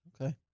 Okay